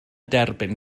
derbyn